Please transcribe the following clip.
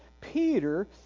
Peter